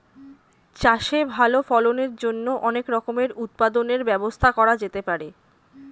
চাষে ভালো ফলনের জন্য অনেক রকমের উৎপাদনের ব্যবস্থা করা যেতে পারে